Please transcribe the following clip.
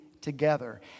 together